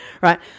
Right